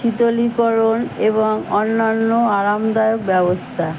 শিতলিকরণ এবং অন্যান্য আরামদায়ক ব্যবস্থা